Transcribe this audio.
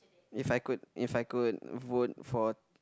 if I could if I could vote for